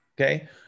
Okay